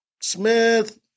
Smith